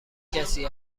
کسی